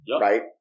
right